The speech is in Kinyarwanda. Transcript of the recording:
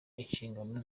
inshingano